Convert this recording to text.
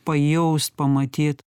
pajaust pamatyt